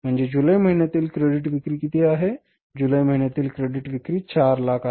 म्हणजे जुलै महिन्यातील क्रेडिट विक्री किती आहे जुलै महिन्यातील क्रेडिट विक्री 400000 आहे